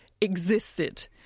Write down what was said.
existed